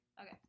Okay